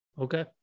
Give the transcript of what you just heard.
okay